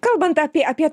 kalbant apie apie